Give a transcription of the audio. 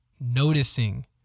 noticing